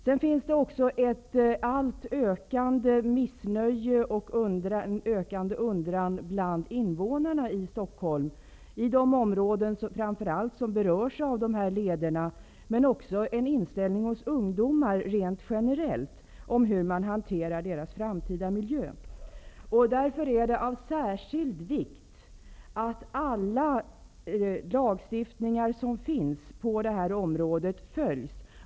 Det finns också ett ökande missnöje och en ökande undran bland invånarna i Stockholm när det gäller framför allt de områden som berörs av dessa leder. Det finns också en undran rent generellt bland ungdomar om hur man hanterar deras framtida miljö. Därför är det av särskild vikt att alla lagar som finns på detta område följs.